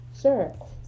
Sure